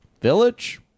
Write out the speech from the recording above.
village